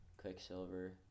Quicksilver